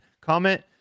comment